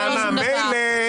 לא שום דבר.